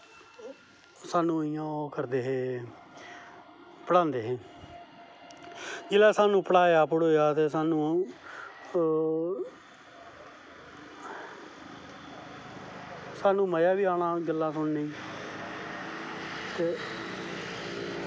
स्हानू इयां ओह् करदे हे पढ़ांदे हे जिसलै स्हानू पढ़ाया पढ़ुया ते स्हानू साह्नूं मज़ा बी आना गल्लां सुननें गी ते